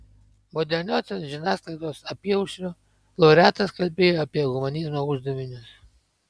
moderniosios žiniasklaidos apyaušriu laureatas kalbėjo apie humanizmo uždavinius